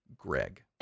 Greg